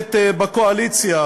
הכנסת בקואליציה